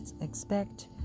expect